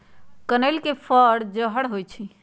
कनइल के फर जहर होइ छइ